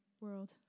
world